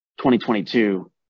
2022